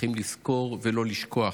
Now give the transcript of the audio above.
צריכים לזכור ולא לשכוח.